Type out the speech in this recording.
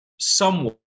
somewhat